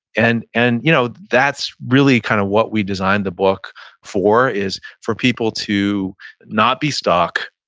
and and you know that's really kind of what we designed the book for is for people to not be stuck.